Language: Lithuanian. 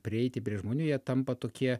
prieiti prie žmonių jie tampa tokie